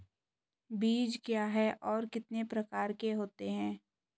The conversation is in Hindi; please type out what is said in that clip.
बीज क्या है और कितने प्रकार के होते हैं?